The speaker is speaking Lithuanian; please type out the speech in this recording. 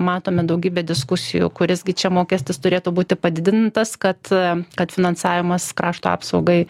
matome daugybę diskusijų kuris gi čia mokestis turėtų būti padidintas kad kad finansavimas krašto apsaugai